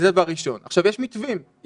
יש מתווים.